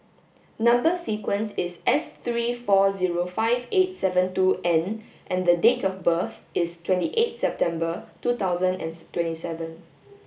number sequence is S three four zero five eight seven two N and date of birth is twenty eight September two thousand and twenty seven